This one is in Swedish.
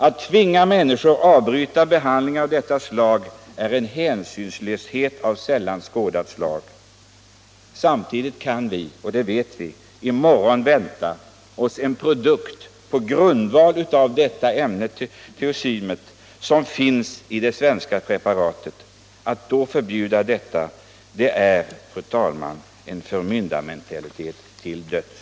Att tvinga människor att avbryta behandlingar av denna art är en hänsynslöshet av sällan skådat slag. Detta sker samtidigt som vi vet att vi i morgon kan vänta oss ett läkemedel, thymosin, som framställts på grundval av det ämne som finns i detta svenska preparat. Att man förbjuder det preparatet innebär en förmyndarmentalitet till döds.